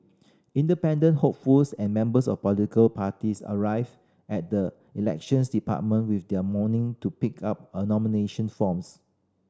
independent hopefuls and members of political parties arrived at the Elections Department with their morning to pick up nomination forms